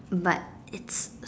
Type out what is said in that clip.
but it's